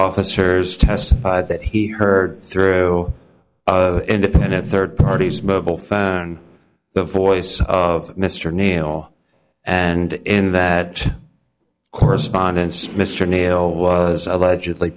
officers testified that he heard through independent third parties mobile phone the voice of mr nail and in that correspondence mr nail was allegedly